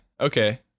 Okay